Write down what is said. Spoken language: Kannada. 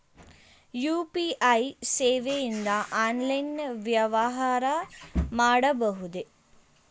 ಯು.ಪಿ.ಐ ಸೇವೆಯಿಂದ ಆನ್ಲೈನ್ ವ್ಯವಹಾರ ಮಾಡಬಹುದೇ?